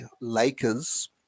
Lakers